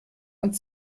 und